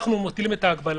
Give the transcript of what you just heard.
אנחנו מטילים את ההגבלה.